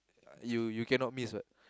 you you cannot miss what